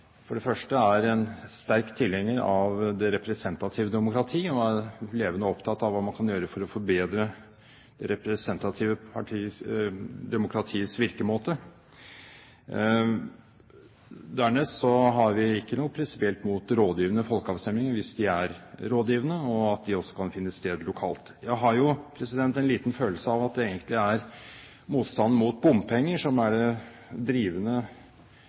for det første er en sterk tilhenger av det representative demokrati og er levende opptatt av hva man kan gjøre for å forbedre representative demokratiers virkemåte. Dernest har vi prinsipielt ikke noe imot rådgivende folkeavstemninger, hvis de er rådgivende og også kan finne sted lokalt. Jeg har en liten følelse av at det egentlig er motstanden mot bompenger som er det drivende